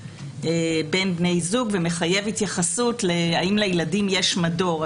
40א, ומחייב התייחסות האם לילדים יש מדור.